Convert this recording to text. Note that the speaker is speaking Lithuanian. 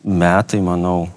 metai manau